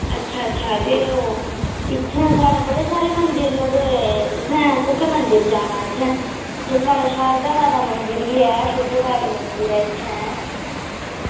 अच्छा अच्छा ते ओह् इत्थैं साढ़े बड़े सारे मंदर ने ते तुसें कुत्थें मंदर जाना इत्थें साढ़े शारदा माता मंदर बी ऐ दूधाधारी मंदर ऐ इत्थें